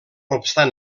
obstant